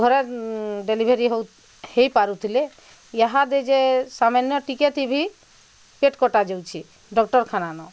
ଘରେ ଡେଲିଭେରି ହଉ ହେଇ ପାରୁଥିଲେ ଇହାଦେ ଯେ ସାମାନ୍ୟ ଟିକେଥି ଭି ପେଟ୍ କଟା ଯାଉଛି ଡାକ୍ତରଖାନା ନ